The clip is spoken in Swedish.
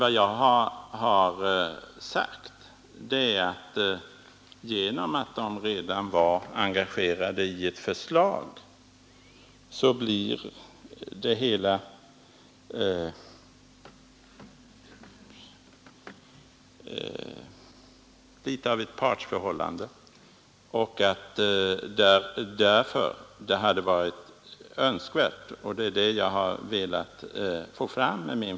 Vad jag har sagt är att genom att verKet redan var engagerat i ett förslag blir det något av ett partsförhållande, och därför hade det varit önskvärt med en ytterligare belysning av en tredje part.